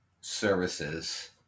services